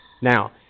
Now